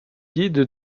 guide